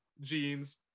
jeans